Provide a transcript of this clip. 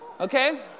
okay